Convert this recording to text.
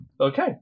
Okay